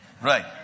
Right